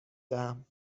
دهم